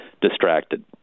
distracted